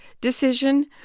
decision